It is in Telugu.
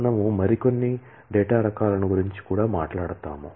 మనము మరిన్ని డేటా రకాలను గురించి కూడా మాట్లాడుతాము